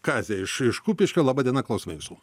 kazę iš iš kupiškio laba diena klausome jūsų